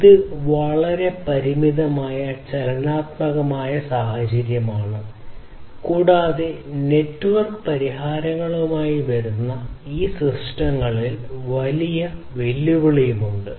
ഇത് വളരെ പരിമിതമായ ചലനാത്മക സാഹചര്യമാണ് കൂടാതെ നെറ്റ്വർക്കിംഗ് പരിഹാരങ്ങളുമായി വരുന്നത് ഈ സിസ്റ്റങ്ങളിൽ വലിയ വെല്ലുവിളിയാണ്